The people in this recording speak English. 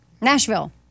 Nashville